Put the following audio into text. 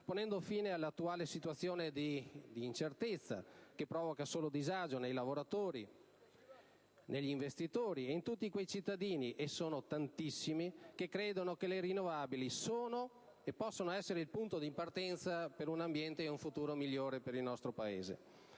ponendo fine all'attuale situazione di incertezza che provoca solo disagio ai lavoratori, agli investitori e a tutti quei cittadini (e sono tantissimi) che credono che le rinnovabili siano o possano essere il punto di partenza per un ambiente e un futuro migliore per il nostro Paese.